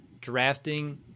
drafting